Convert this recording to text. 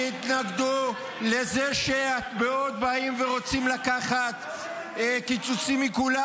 תתנגדו לזה שבעוד באים ורוצים לקחת קיצוצים מכולם,